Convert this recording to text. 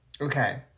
Okay